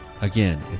again